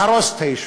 להרוס את היישוב.